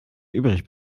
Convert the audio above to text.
übrig